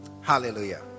hallelujah